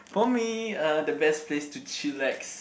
for me uh the best place to chillax